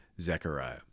Zechariah